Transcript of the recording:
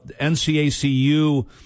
NCACU